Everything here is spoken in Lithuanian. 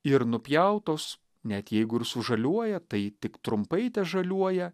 ir nupjautos net jeigu ir sužaliuoja tai tik trumpai težaliuoja